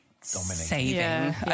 saving